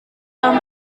tom